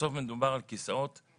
בסוף מדובר על כיסאות שממונעים,